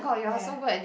ya